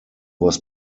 was